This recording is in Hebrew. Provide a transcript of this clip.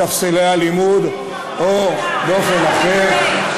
מספסלי הלימוד או באופן אחר,